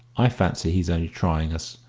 i fancy he's only trying us.